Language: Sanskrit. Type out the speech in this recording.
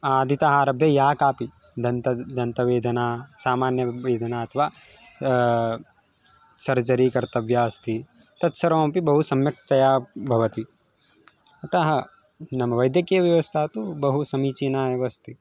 आदितः आरभ्य या कापि दन्तः दन्तवेदना सामान्यवेदना अथवा सर्जरी कर्तव्या अस्ति तत्सर्वमपि बहु सम्यक्तया भवति अतः नाम वैद्यकीयव्यवस्था तु बहु समीचीना एव अस्ति